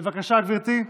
בבקשה, גברתי,